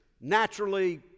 naturally